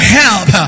help